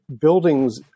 Buildings